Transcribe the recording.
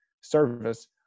service